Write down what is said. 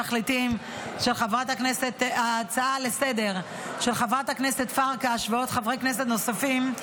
בעקבות הצעה לסדר-היום של חברת הכנסת פרקש ועוד חברי כנסת נוספים,